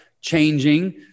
changing